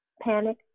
panic